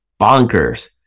bonkers